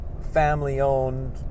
family-owned